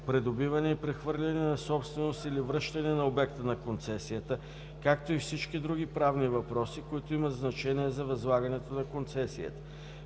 придобиване и прехвърляне на собственост или връщане на обекта на концесията, както и всички други правни въпроси, които имат значение за възлагането на концесията.